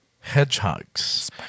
hedgehogs